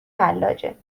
حلاجه